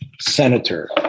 senator